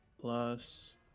plus